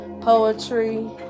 poetry